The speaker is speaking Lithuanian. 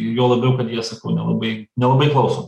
juo labiau kad jie sakau nelabai nelabai klauso